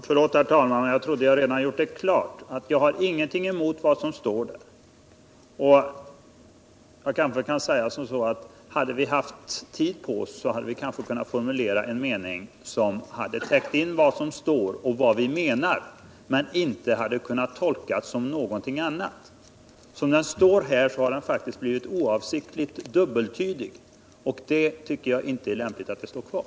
Herr talman! Jag trodde att jag redan hade gjort klart att jag ingenting har emot vad som står. Om vi haft tid på oss skulle vi kanske kunnat formulera en mening som hade täckt vad vi menar men inte hade kunnat tolkas som något annat. Som meningen nu är formulerad har den oavsiktligt blivit dubbeltydig. Därför tycker jag inte det är lämpligt att den står kvar.